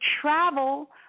travel